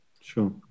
sure